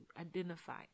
identify